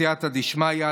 בסייעתא דשמיא,